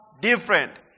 different